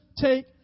Take